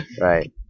Right